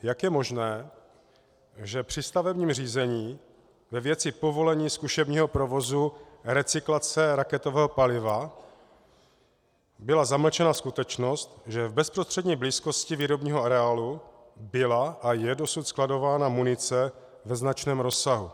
Jak je možné, že při stavebním řízení ve věci povolení zkušebního provozu recyklace raketového paliva byla zamlčena skutečnost, že v bezprostřední blízkosti výrobního areálu byla a je dosud skladována munice ve značném rozsahu?